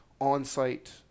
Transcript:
on-site